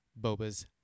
Boba's